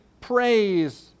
praise